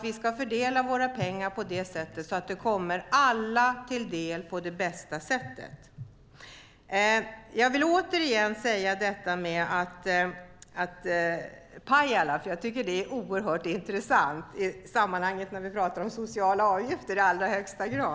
Vi ska fördela våra pengar så att de kommer alla till del på bästa sätt. Jag vill åter säga något om Pajala, för detta är i allra högsta grad oerhört intressant i sammanhanget när vi pratar om sociala avgifter.